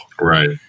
Right